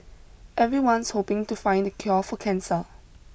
everyone's hoping to find the cure for cancer